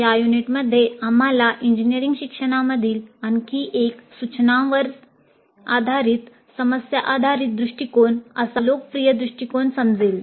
या युनिटमध्ये आम्हाला इंजिनीअरिंग शिक्षणामधील आणखी एक सूचनांवर आधारित समस्या आधारित दृष्टीकोन असा लोकप्रिय दृष्टीकोन समजेल